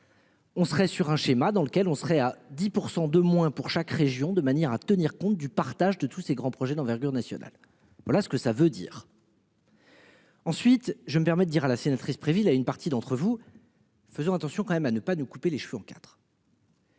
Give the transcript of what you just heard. On serait sur un schéma dans lequel on serait à 10% de moins pour chaque région de manière à tenir compte du partage de tous ces grands projets d'envergure nationale. Voilà ce que ça veut dire. Ensuite, je me permets de dire à la sénatrice Préville a une partie d'entre vous. Faisons attention quand même à ne pas nous couper les cheveux en 4.